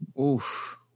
oof